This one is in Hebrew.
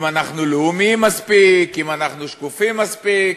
אם אנחנו לאומיים מספיק, אם אנחנו שקופים מספיק,